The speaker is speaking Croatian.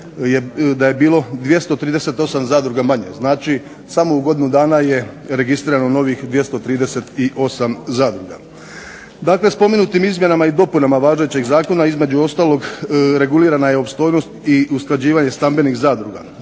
dana bilo 238 zadruga manje, znači samo u godinu dana je registrirano novih 238 zadruga. Dakle, spomenutim izmjenama i dopunama važećeg zakona između ostalog regulirana je opstojnost i usklađivanje stambenih zadruga,